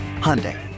Hyundai